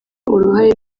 uruhare